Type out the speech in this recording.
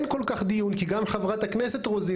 אין כל כך דיון כי גם חברת הכנסת רוזין